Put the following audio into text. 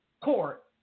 court